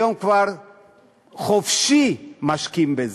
היום כבר חופשי משקים בזה.